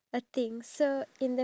ya